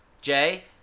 Jay